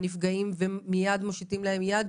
ומיד מושיטים להם יד?